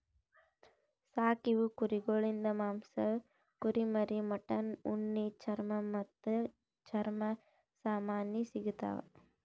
ಸಾಕೀವು ಕುರಿಗೊಳಿಂದ್ ಮಾಂಸ, ಕುರಿಮರಿ, ಮಟನ್, ಉಣ್ಣಿ, ಚರ್ಮ ಮತ್ತ್ ಚರ್ಮ ಸಾಮಾನಿ ಸಿಗತಾವ್